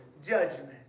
Judgment